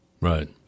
Right